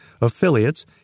Affiliates